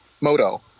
moto